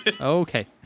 Okay